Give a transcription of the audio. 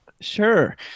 Sure